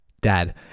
dad